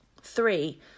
Three